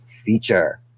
feature